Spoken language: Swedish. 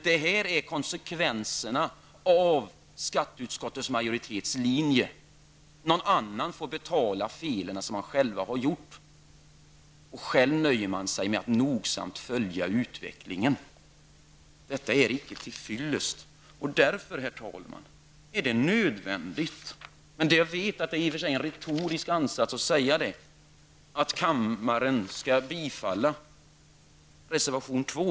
Detta blir konsekvenserna av skatteutskottets majoritetslinje. Någon annan får betala de fel som man själv har gjort. Själv nöjer man sig med att nogsamt följa utvecklingen. Detta är icke till fyllest, och därför, herr talman, är det nödvändigt att säga -- även om jag vet att det bara blir en retorisk ansats -- att kammaren skall bifalla reservation nr 2.